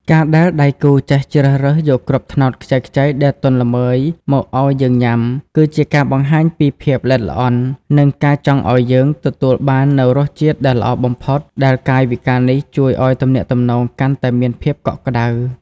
ការដែលដៃគូចេះជ្រើសរើសយកគ្រាប់ត្នោតខ្ចីៗដែលទន់ល្មើយមកឱ្យយើងញ៉ាំ គឺជាការបង្ហាញពីភាពល្អិតល្អន់ និងការចង់ឱ្យយើងទទួលបាននូវរសជាតិដែលល្អបំផុត ដែលកាយវិការនេះជួយឱ្យទំនាក់ទំនងកាន់តែមានភាពកក់ក្ដៅ។